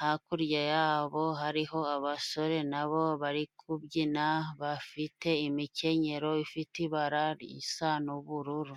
hakurya yabo hariho abasore na bo bari kubyina bafite imikenyero ifite ibara risa n'ubururu.